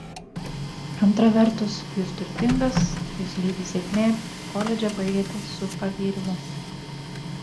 antra vertus jūs turtingas jus lydi sėkmė koledžą baigėte su pagyrimu